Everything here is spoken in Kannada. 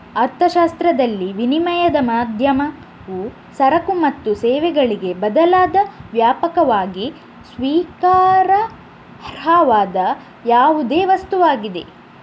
ಅರ್ಥಶಾಸ್ತ್ರದಲ್ಲಿ, ವಿನಿಮಯದ ಮಾಧ್ಯಮವು ಸರಕು ಮತ್ತು ಸೇವೆಗಳಿಗೆ ಬದಲಾಗಿ ವ್ಯಾಪಕವಾಗಿ ಸ್ವೀಕಾರಾರ್ಹವಾದ ಯಾವುದೇ ವಸ್ತುವಾಗಿದೆ